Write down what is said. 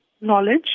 knowledge